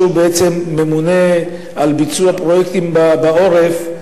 שהוא ממונה על ביצוע פרויקטים בעורף.